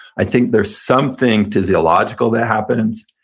i think there's something physiological that happens,